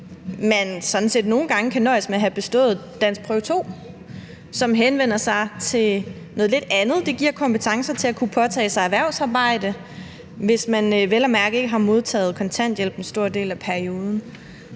gange kan nøjes med at have bestået danskprøve 2, som henvender sig til noget lidt andet, det giver kompetencer til at kunne påtage sig erhvervsarbejde, hvis man vel at mærke ikke har modtaget kontanthjælp i en stor del af perioden.